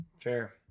Fair